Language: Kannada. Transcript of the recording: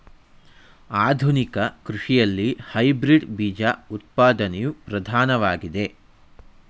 ಆಧುನಿಕ ಕೃಷಿಯಲ್ಲಿ ಹೈಬ್ರಿಡ್ ಬೀಜ ಉತ್ಪಾದನೆಯು ಪ್ರಧಾನವಾಗಿದೆ